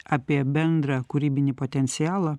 apie bendrą kūrybinį potencialą